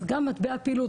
אז גם מטבע הפעילות.